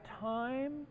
time